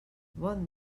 bon